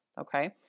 Okay